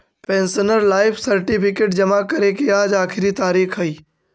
pensioner life certificate जमा करे के आज आखिरी तारीख हइ